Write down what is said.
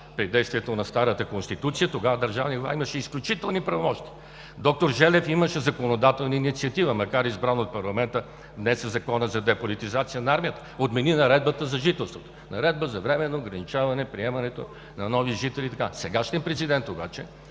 при действието на старата Конституция тогава държавният глава имаше изключителни правомощия! Доктор Желев имаше законодателна инициатива – макар избран от парламента, внесе Закона за деполитизация на армията, отмени Наредбата за жителството, Наредба за временно ограничаване приемането на нови жители. Сегашният президент обаче,